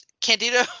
Candido